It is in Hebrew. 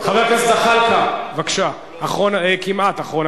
חבר הכנסת ג'מאל זחאלקה, בבקשה, כמעט אחרון.